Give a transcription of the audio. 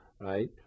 right